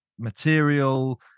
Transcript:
Material